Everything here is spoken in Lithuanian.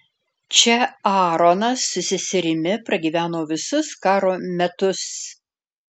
čia aaronas su seserimi pragyveno visus karo metus